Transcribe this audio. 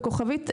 בכוכבית,